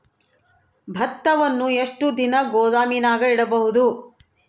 ಭತ್ತವನ್ನು ಎಷ್ಟು ದಿನ ಗೋದಾಮಿನಾಗ ಇಡಬಹುದು?